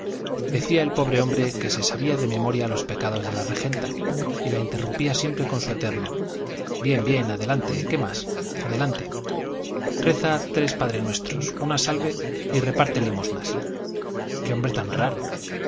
decía el pobre hombre que se sabía de memoria los pecados de la regenta y la interrumpía siempre con su eterno bien bien adelante qué más adelante reza tres padrenuestros una salve y reparte limosnas qué hombre tan raro